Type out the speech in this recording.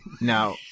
Now